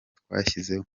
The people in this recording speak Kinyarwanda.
twashyizeho